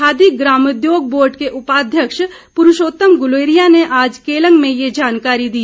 khadi Gramodyog board के उपाध्यक्ष पुरूषोतम गुलेरिया ने आज केलंग में ये जानकारी दी